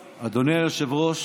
היושב-ראש,